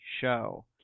show